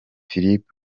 philip